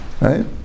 right